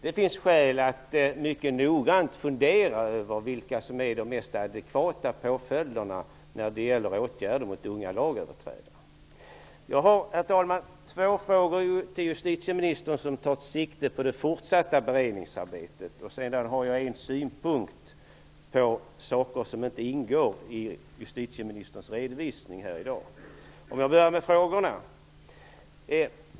Det finns skäl att mycket noggrant fundera över vilka som är de mest adekvata påföljderna när det gäller åtgärder mot unga lagöverträdare. Herr talman! Jag har två frågor till justitieministern som tar sikte på det fortsatta beredningsarbetet. Sedan har jag några synpunkter på saker som inte ingår i justitieministerns redovisning i dag. Jag börjar med frågorna.